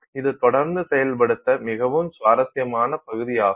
இது தொடர்ந்து செயல்படுத்த மிகவும் சுவாரஸ்யமான பகுதியாகும்